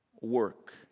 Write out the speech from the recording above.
work